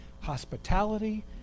hospitality